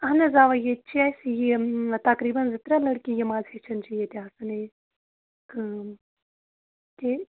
اہن حظ آ ییٚتہِ چھِ اَسہِ یہِ تَقریٖباً زٕ ترٛےٚ لٔڑکی یِم اَز ہیٚچھان چھِ ییٚتہِ آسان یہِ کٲم ٹھیٖک